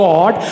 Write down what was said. God